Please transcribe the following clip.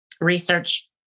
research